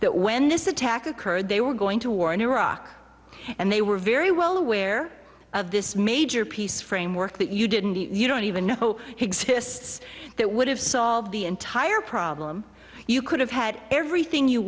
that when this attack occurred they were going to war in iraq and they were very well aware of this major piece framework that you didn't you don't even know exists that would have solved the entire problem you could have had everything you